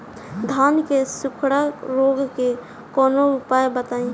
धान के सुखड़ा रोग के कौनोउपाय बताई?